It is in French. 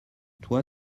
toi